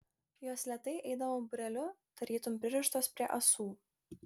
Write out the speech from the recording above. jos lėtai eidavo būreliu tarytum pririštos prie ąsų